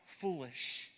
foolish